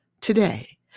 today